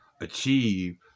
achieve